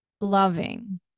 loving